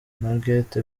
margaret